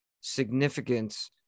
significance